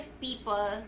people